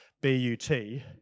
B-U-T